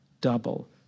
double